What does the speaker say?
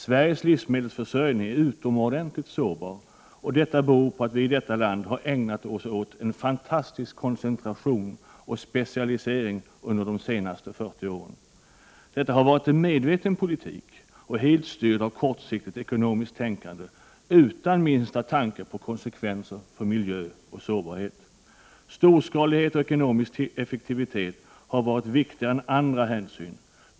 Sveriges livsmedelsförsörjning är utomordentligt sårbar, och detta beror på att vi i detta land har ägnat oss åt en fantastisk koncentration och specialisering under de senaste 40 åren. Detta har varit en medveten politik, helt styrd av kortsiktigt ekonomiskt tänkande utan minsta tanke på konsekvenser för miljö och sårbarhet. Storskalighet och ekonomisk effektivitet har varit viktigare än andra viktiga hänsyn.